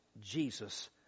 Jesus